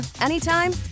anytime